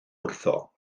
wrtho